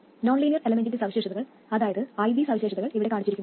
nonlinear എലമെൻറിന്റെ സവിശേഷതകൾ അതായത് I V സവിശേഷതകൾ ഇവിടെ കാണിച്ചിരിക്കുന്നു